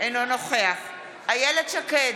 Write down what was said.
אינו נוכח איילת שקד,